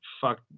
fuck